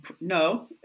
no